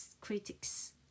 critics